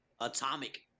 Atomic